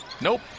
Nope